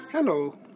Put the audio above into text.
Hello